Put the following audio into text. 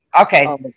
Okay